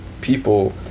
people